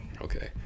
Okay